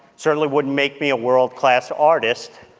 certainly wouldn't make me a world-class artist.